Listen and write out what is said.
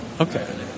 Okay